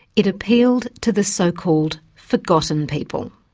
it appealed to the so-called forgotten people.